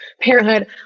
parenthood